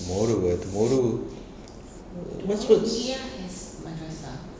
tomorrow err tomorrow tomorrow